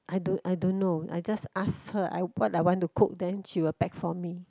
I don't I don't know I just ask her I what I want to cook then she will pack for me